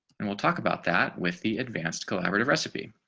and we'll talk about that with the advanced collaborative recipe.